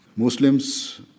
Muslims